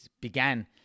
began